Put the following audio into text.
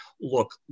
look